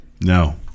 No